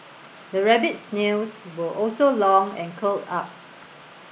the rabbit's nails were also long and curled up